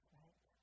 right